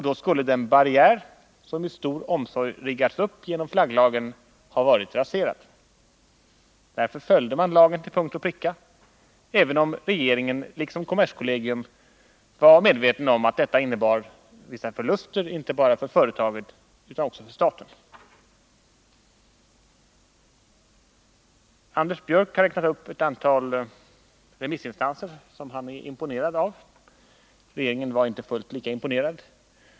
Då skulle den barriär som med stor omsorg riggats upp genom flagglagen ha varit raserad. Därför följde man lagen till punkt och pricka, även om regeringen liksom kommerskollegium var medveten om att detta innebar vissa förluster, inte bara för företaget utan också för staten. Anders Björck räknade upp ett antal remissinstanser, som han var imponerad av. Regeringen var inte fullt lika imponerad.